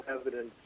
evidence